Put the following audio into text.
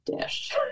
dish